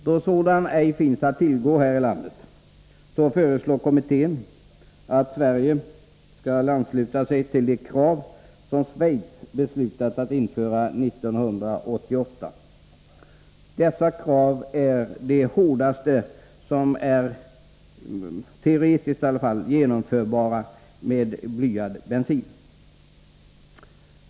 Då sådan ej finns att tillgå här i landet, föreslår kommittén att Sverige skall ansluta sig till de krav som Schweiz beslutat att införa 1988. Dessa krav är de hårdaste som är — teoretiskt i alla fall — genomförbara med blyad bensin.